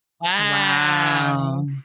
Wow